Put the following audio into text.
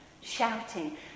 shouting